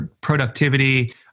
productivity